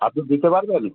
আপনি দিতে পারবেন